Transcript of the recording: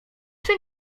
czy